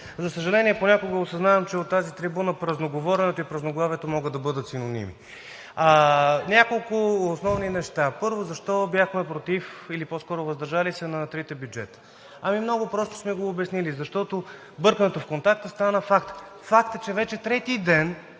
за съжаление, понякога осъзнавам, че от тази трибуна празноговоренето и празноглавието могат да бъдат синоними. Няколко основни неща. Първо, защо бяхме против или по-скоро въздържали се на трите бюджета? Ами много просто сме го обяснили, защото бъркането в контакта стана факт. Факт е, че вече трети ден